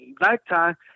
nighttime